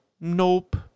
nope